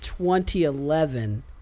2011